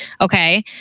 Okay